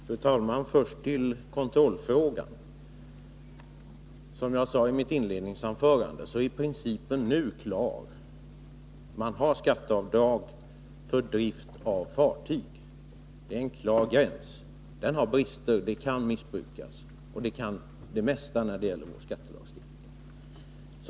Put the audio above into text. Fru talman! Först några ord om kontrollfrågan. Som jag sade i mitt inledningsanförande är den nuvarande principen klar: man får göra skatteavdrag för drift av fartyg. Det är en klar gräns. Visst har lagen brister och kan missbrukas. Man kan missbruka det mesta när det gäller vår skattelagstiftning.